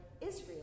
Israel